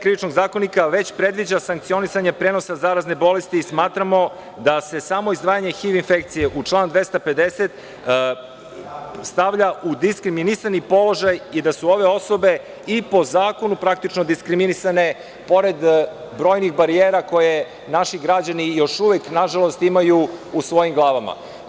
Krivičnog zakonika već predviđa sankcionisanje prenosa zarazne bolesti i smatramo da se samo izdvajanje HIV infekcije u članu 250. stavlja u diskriminisani položaj i da su ove osobe i po zakonu diskriminisane, pored brojnih barijera koje naši građani još uvek, nažalost, imaju u svojim glavama.